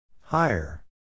Higher